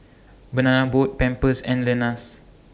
Banana Boat Pampers and Lenas